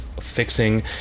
fixing